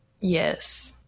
Yes